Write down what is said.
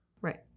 Right